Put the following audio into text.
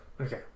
okay